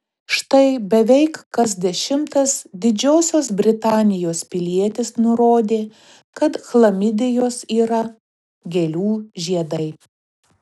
štai beveik kas dešimtas didžiosios britanijos pilietis nurodė kad chlamidijos yra gėlių žiedai